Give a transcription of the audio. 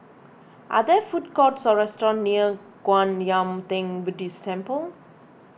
are there food courts or restaurants near Kwan Yam theng Buddhist Temple